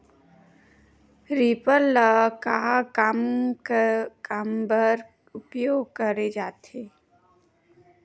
Reaper ल का काम बर उपयोग करे जाथे?